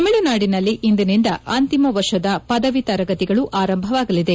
ತಮಿಳುನಾಡಿಲ್ಲಿ ಇಂದಿನಿಂದ ಅಂತಿಮ ವರ್ಷದ ಪದವಿ ತರಗತಿಗಳು ಆರಂಭವಾಗಲಿದೆ